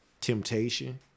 temptation